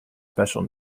special